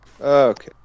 Okay